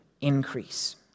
increase